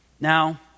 Now